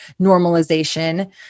normalization